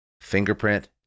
fingerprint